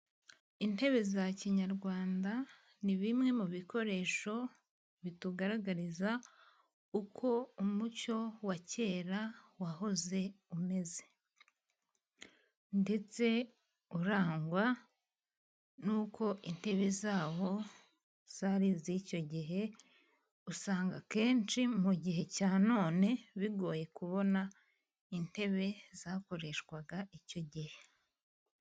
Intebe za kinyarwanda, ni bimwe mu bikoresho bitugaragariza, uko umuco wa kera wahoze umeze, ndetse urangwa n'uko intebe zabo zari iz'icyo gihe, usanga akenshi mu gihe cya none, bigoye kubona intebe zakoreshwaga icyo gihe.